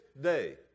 day